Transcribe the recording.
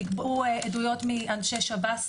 נגבו עדויות מאנשי שב"ס,